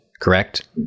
correct